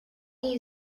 you